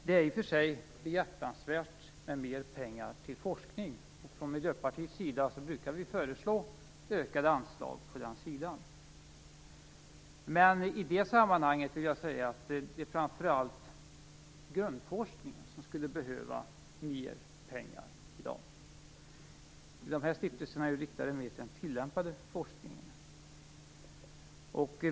Det är i och för sig behjärtansvärt med mer pengar till forskning. Från miljöpartiets sida brukar vi föreslå ökade anslag till detta. Men i det sammanhanget vill jag säga att det framför allt är grundforskningen som skulle behöva mer pengar. Stiftelserna är ju mer riktade till den tillämpade forskningen.